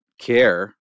care